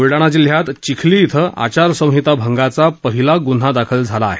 ब्लढाणा जिल्ह्यात चिखली इथं आचारसंहिता भंगाचा पहिला गुन्हा दाखल झाला आहे